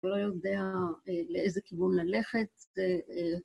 לא יודע לאיזה כיוון ללכת.